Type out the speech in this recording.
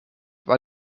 war